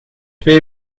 twee